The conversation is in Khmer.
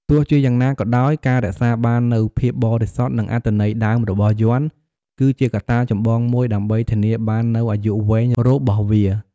ទោះជាយ៉ាងណាក៏ដោយ ការរក្សាបាននូវភាពបរិសុទ្ធ និងអត្ថន័យដើមរបស់យ័ន្ត គឺជាកត្តាចម្បងមួយដើម្បីធានាបាននូវអាយុវែងរបស់វា។